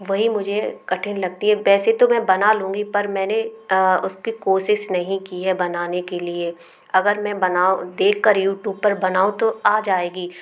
वही मुझे कठिन लगती है वैसे तो मैं बना लूँगी पर मैंने उसकी कोशिश नहीं की है बनाने के लिए अगर मैं बनाऊं देख कर यूटूब पर बनाऊं तो आ जाएगी